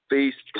Face